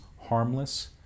harmless